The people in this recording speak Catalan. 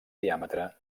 diàmetre